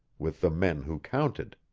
with the men who counted.